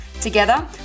Together